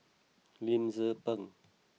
Lim Tze Peng